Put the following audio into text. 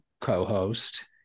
co-host